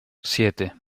siete